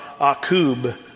Akub